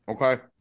Okay